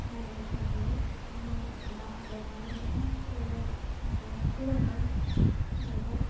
ᱚᱱᱟ ᱵᱷᱟᱜᱮ ᱧᱚᱜ ᱡᱮᱢᱚᱱ ᱫᱟᱜ ᱟᱞᱚ ᱯᱟᱨᱚᱢᱚᱜᱼᱢᱟ ᱥᱮ ᱟᱞᱚ ᱯᱷᱩᱲᱩᱜᱼᱢᱟ ᱚᱱᱠᱟ